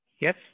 Yes